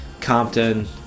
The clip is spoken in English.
Compton